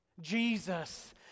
Jesus